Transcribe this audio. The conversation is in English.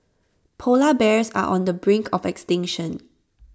Polar Bears are on the brink of extinction